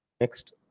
Next